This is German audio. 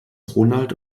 ronald